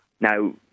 Now